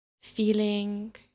Feeling